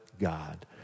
God